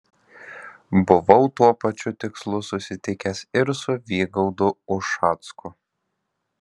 buvau tuo pačiu tikslu susitikęs ir su vygaudu ušacku